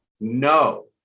No